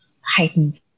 heightened